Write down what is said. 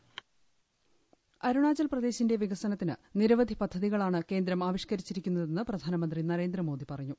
voice അരുണാചൽപ്രദേശിന്റെ വികസനത്തിന് നിരവധി പദ്ധതികളാണ് കേന്ദ്രം ആവിഷ്ക്കരിച്ചിരിക്കുന്നതെന്ന് പ്രധാനമന്ത്രി നരേന്ദ്രമോദി പറഞ്ഞു